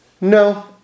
no